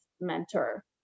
mentor